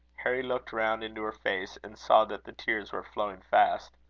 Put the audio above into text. harry looked round into her face, and saw that the tears were flowing fast.